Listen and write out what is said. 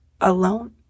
alone